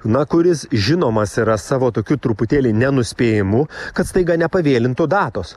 na kuris žinomas yra savo tokiu truputėlį nenuspėjamu kad staiga nepavėlintų datos